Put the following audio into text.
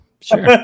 Sure